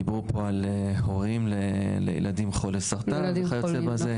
דיברו פה לילדים חולי סרטן, וכיוצא בזה.